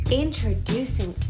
introducing